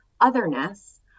otherness